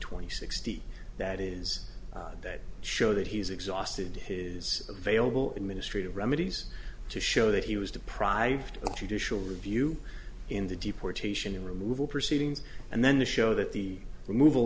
twenty sixty that is that show that he's exhausted his available administrative remedies to show that he was deprived of judicial review in the deportation removal proceedings and then to show that the removal